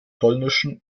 polnischen